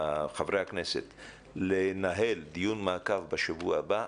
חברי הכנסת לנהל דיון מעקב בשבוע הבא,